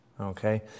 Okay